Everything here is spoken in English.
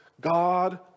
God